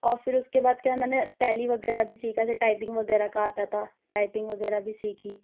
اور پھر اُس کے بعد کیا ہے میں نے ٹیلی وغیرہ بھی سیکھا جیسے ٹائپنگ وغیرہ کا آتا تھا ٹائپنگ وغیرہ بھی سیکھی